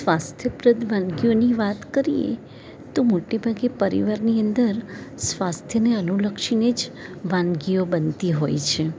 સ્વાસ્થ્યપ્રદ વાનગીઓની વાત કરીએ તો મોટે ભાગે પરિવારની અંદર સ્વાસ્થ્યને અનુલક્ષીને જ વાનગીઓ બનતી હોય છે